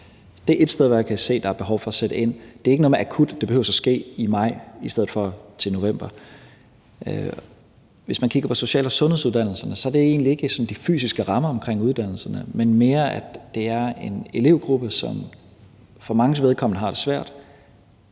Det er ét sted, hvor jeg kan se at der er behov for at sætte ind. Det er ikke noget med, at det er akut, og at det behøver at ske i maj i stedet for i november. Hvis man kigger på social- og sundhedsuddannelserne, handler det egentlig ikke om sådan de fysiske rammer omkring uddannelserne, men mere om, at det er en elevgruppe, som for manges vedkommende har det svært.